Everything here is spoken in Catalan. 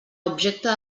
objecte